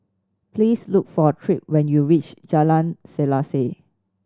please look for Tripp when you reach Jalan Selaseh